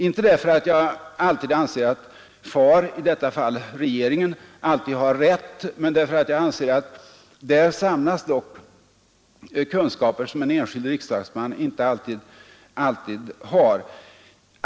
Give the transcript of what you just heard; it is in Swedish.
Inte därför att jag anser att far, i detta fall regeringen, alltid har rätt, men därför att jag anser att där samlas dock kunskaper över hela fältet som den enskilde riksdagsmannen sällan eller aldrig har tillgång till.